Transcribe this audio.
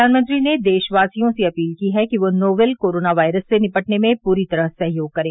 प्रधानमंत्री ने देशवासियों से अपील की है कि वे नोवेल कोरोना वायरस से निपटने में पूरी तरह सहयोग करें